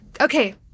Okay